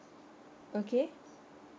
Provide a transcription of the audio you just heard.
okay